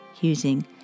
using